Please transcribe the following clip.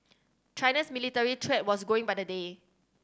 China's military threat was going by the day